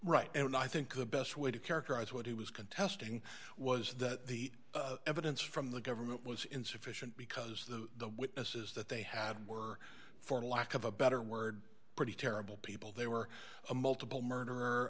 and i think the best way to characterize what he was contesting was that the evidence from the government was insufficient because the witnesses that they had were for lack of a better word pretty terrible people they were a multiple murderer